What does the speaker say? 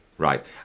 Right